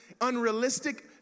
unrealistic